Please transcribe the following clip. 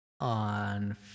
on